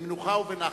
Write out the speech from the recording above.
במנוחה ובנחת.